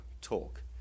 talk